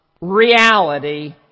reality